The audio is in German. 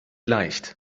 leicht